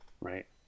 Right